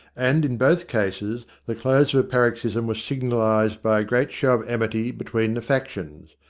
and, in both cases, the close of a paroxysm was signalised by a great show of amity between the factions.